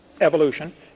evolution